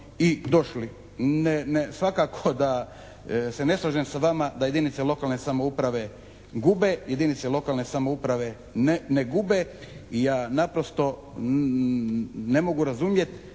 i došli. Svakako da se ne slažem sa vama da jedinice lokalne samouprave gube. Jedinice lokalne samouprave ne gube. Ja naprosto ne mogu razumjet